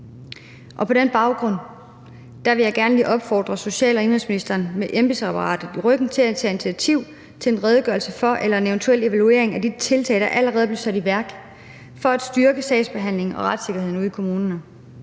På den baggrund vil jeg gerne lige opfordre social- og indenrigsministeren til med embedsapparatet i ryggen at tage initiativ til en redegørelse for eller en eventuel evaluering af de tiltag, der allerede er blevet sat i værk for at styrke sagsbehandlingen og retssikkerheden ude i kommunerne.